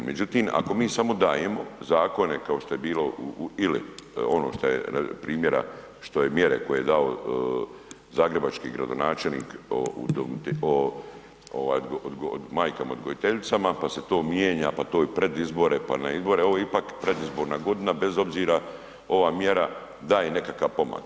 Međutim ako mi samo dajemo zakone kao što je bilo ili ono što je primjera mjere koje je dao zagrebački gradonačelnik o majkama odgajateljicama pa se to mijenja, pa to je pred izbore, pa na izbore ovo je ipak predizborna godina, bez obzira ova mjera daje nekakav pomak.